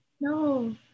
No